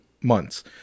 months